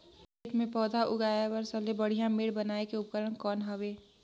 खेत मे पौधा उगाया बर सबले बढ़िया मेड़ बनाय के उपकरण कौन हवे?